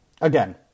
again